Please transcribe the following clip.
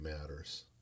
matters